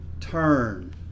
Turn